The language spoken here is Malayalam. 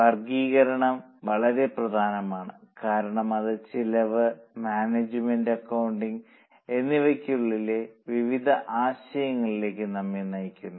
വർഗ്ഗീകരണം വളരെ പ്രധാനമാണ് കാരണം അത് ചെലവ് മാനേജ്മെന്റ് അക്കൌണ്ടിംഗ് എന്നിവയ്ക്കുള്ളിലെ വിവിധ ആശയങ്ങളിലേക്ക് നമ്മെ നയിക്കുന്നു